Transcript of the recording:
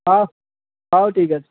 ହଉ ହଉ ଠିକ୍ ଅଛି